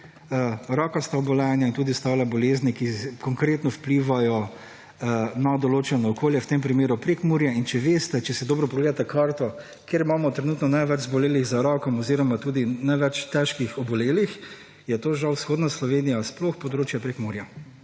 rakasta obolenja in tudi ostale bolezni, ki konkretno vplivajo na določeno okolje, v tem primeru Prekmurje. In če veste, če si dobro pogledate karto, kje imamo trenutno največ zbolelih za rakom oziroma tudi največ težkih obolelih, je to žal vzhodna Slovenija in sploh področje Prekmurja.